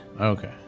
Okay